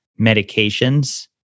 medications